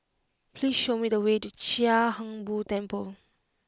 please show me the way to Chia Hung Boo Temple